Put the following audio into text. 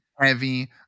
heavy